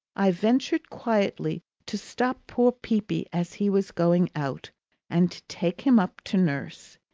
i ventured quietly to stop poor peepy as he was going out and to take him up to nurse.